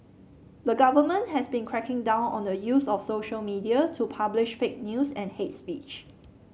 the government has been cracking down on the use of social media to publish fake news and hate speech